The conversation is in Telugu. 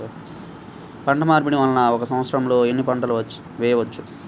పంటమార్పిడి వలన ఒక్క సంవత్సరంలో ఎన్ని పంటలు వేయవచ్చు?